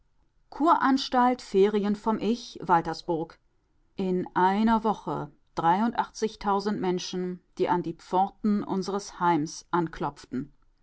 ferien vom ich waltersburg in einer woche dreitausend menschen die an die pforten unseres heims anklopften